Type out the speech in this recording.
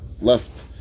left